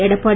Edappadi